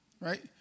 right